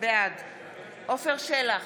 בעד עפר שלח,